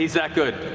that good.